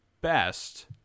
best